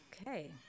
Okay